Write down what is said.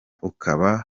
ukaba